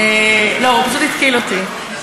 לא, הוא פשוט התקיל אותי.